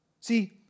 See